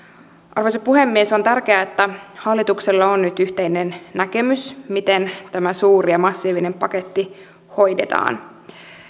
arvoisa puhemies on tärkeää että hallituksella on nyt yhteinen näkemys miten tämä suuri ja massiivinen paketti hoidetaan